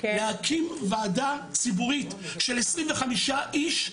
להקים ועדה ציבורית של 25 איש,